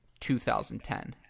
2010